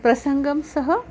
प्रसङ्गं सह